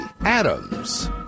Adams